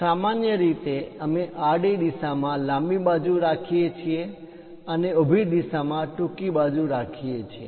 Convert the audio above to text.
સામાન્ય રીતે અમે આડી દિશામાં લાંબી બાજુ રાખીએ છીએ અને ઊભી દિશામાં ટૂંકી બાજુ રાખીએ છીએ